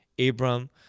Abram